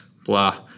blah